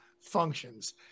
functions